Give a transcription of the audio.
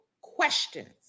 questions